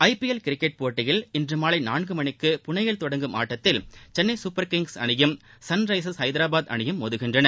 IPL cricket போட்டியில் இன்று மாலை நான்கு மணிக்கு புனேயில் தொடங்கும் ஆட்டத்தில் சென்னை சூப்பர் கிங்ஸ் அணியும் சன்ரைசஸ் ஹைதராபாத் அணியும் மோதுகின்றன